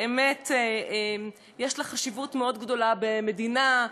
באמת יש לה חשיבות מאוד גדולה במדינה,